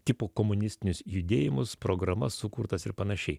tipo komunistinius judėjimus programas sukurtas ir panašiai